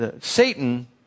Satan